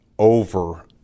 Over